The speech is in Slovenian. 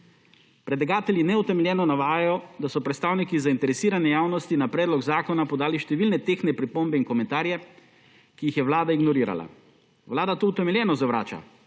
Predlagatelji neutemeljeno navajajo, da so predstavniki zainteresirane javnosti na predlog zakona podali številne tehtne pripombe in komentarje, ki jih je Vlada ignorirala. Vlada to utemeljeno zavrača,